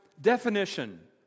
definition